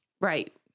Right